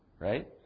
Right